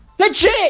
Legit